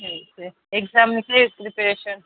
એવું છે એક્ઝામની કેવી પ્રીપ્રરેશન